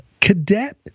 cadet